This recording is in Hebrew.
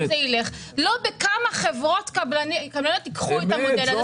זה ילך ולא בכמה חברות קבלניות ייקחו את המודל הזה.